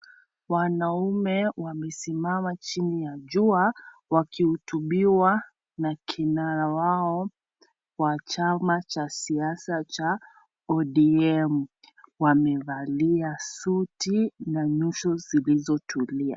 Wanaume wamesimama chini ya jua wakihutubiwa na kinara wao wa chama cha siasa cha ODM . Wamevalia suti na nyuso zilizotulia.